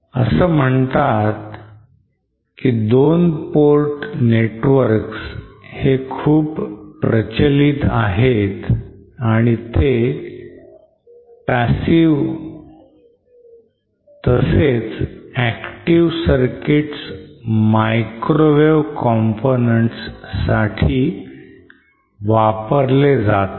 असं म्हणतात की 2 port networks हे खूप प्रचलित आहेत आणि ते passive तसेच active circuits microwave components साठी वापरले जातात